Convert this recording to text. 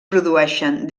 produeixen